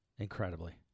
Incredibly